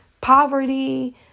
poverty